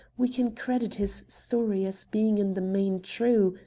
we can credit his story as being in the main true,